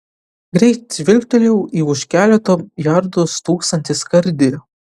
greit žvilgtelėjau į už keleto jardų stūksantį skardį